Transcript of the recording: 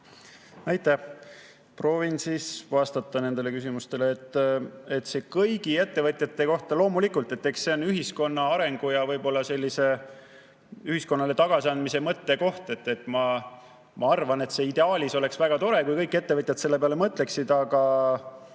Aitäh! Proovin vastata nendele küsimustele. See, mis käib kõigi ettevõtjate kohta, loomulikult, eks see on ühiskonna arengu ja võib-olla ühiskonnale tagasiandmise mõttekoht. Ma arvan, et ideaalis oleks väga tore, kui kõik ettevõtjad selle peale mõtleksid, aga